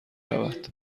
رود